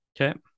Okay